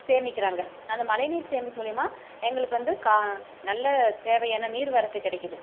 சேமிக்கிறாங்க அந்த மழை நீர் சேமிப்பு மூலிமா எங்களுக்கு வந்து கா நல்ல தேவையான நீர் வரத்து கிடைக்குது